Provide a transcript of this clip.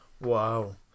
Wow